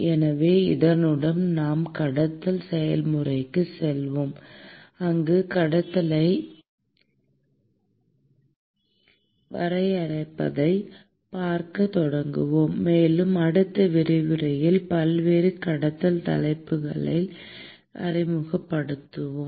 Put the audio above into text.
எனவே இதனுடன் நாம் கடத்தல் செயல்முறைக்கு செல்வோம் அங்கு கடத்துதலை வரையறுப்பதைப் பார்க்கத் தொடங்குவோம் மேலும் அடுத்த விரிவுரையில் பல்வேறு கடத்தல் தலைப்புகளை அறிமுகப்படுத்துவோம்